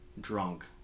drunk